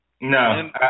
No